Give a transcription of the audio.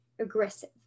aggressive